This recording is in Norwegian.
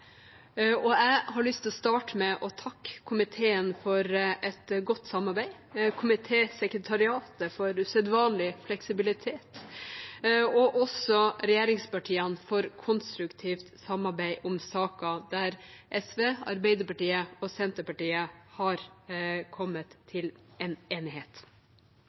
Jeg har lyst til å starte med å takke komiteen for et godt samarbeid, komitésekretariatet for usedvanlig fleksibilitet og også regjeringspartiene for konstruktivt samarbeid om saker der SV, Arbeiderpartiet og Senterpartiet har kommet til en